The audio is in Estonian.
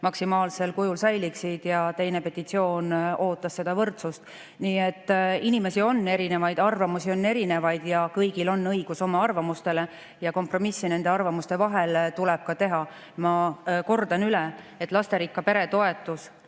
maksimaalsel kujul säiliksid, ja teine petitsioon ootas seda võrdsust. Nii et inimesi on erinevaid, arvamusi on erinevaid ja kõigil on õigus oma arvamusele ja kompromiss nende arvamuste vahel tuleb [saavutada]. Ma kordan üle, et lasterikka pere toetus